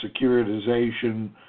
securitization